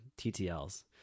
TTLs